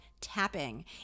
tapping